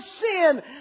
sin